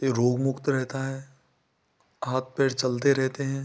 यह रोग मुक्त रहता है हाथ पैर चलते रहते हैं